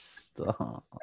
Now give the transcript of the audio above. stop